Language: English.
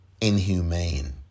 inhumane